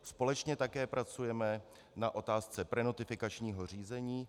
Společně také pracujeme na otázce prenotifikačního řízení.